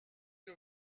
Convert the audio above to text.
que